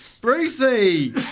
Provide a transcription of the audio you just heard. Brucey